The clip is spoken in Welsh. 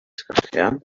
sgrechian